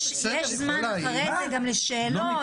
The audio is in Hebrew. יש זמן אחרי זה גם לשאלות.